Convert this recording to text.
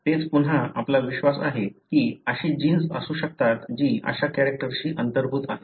तेच पुन्हा आपला विश्वास आहे की अशी जीन्स असू शकतात जी अशा कॅरेक्टरशी अंतर्भूत आहेत